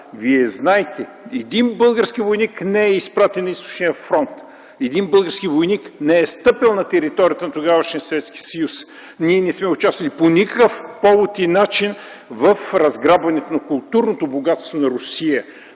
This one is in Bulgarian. Вие знаете, един български войник не е изпратен на Източния фронт, един български войник не е стъпил на територията на тогавашния Съветски съюз. Ние не сме участвали по никакъв повод и начин в разграбването на културното богатство на Русия.